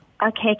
Okay